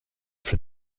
for